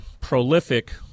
prolific